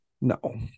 No